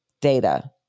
data